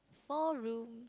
small rooms